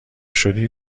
شدی